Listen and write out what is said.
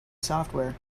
software